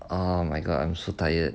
oh my god I'm so tired